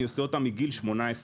אני עושה אותה מגיל 18,